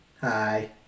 Hi